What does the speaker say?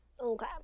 okay